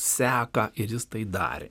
seką ir jis tai darė